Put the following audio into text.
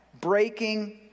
breaking